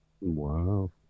Wow